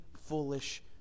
foolish